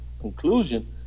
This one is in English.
conclusion